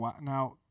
Now